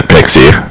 Pixie